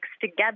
together